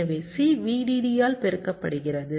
எனவே C VDD ஆல் பெருக்கப்படுகிறது